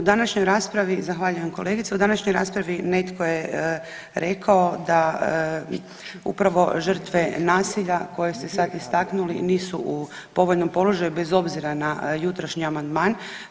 U današnjoj raspravi, zahvaljujem kolegice, u današnjoj raspravi netko je rekao da upravo žrtve nasilja koje ste sad istaknuli nisu u povoljnom položaju bez obzira na jutrošnji amandman.